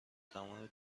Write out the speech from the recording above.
تمام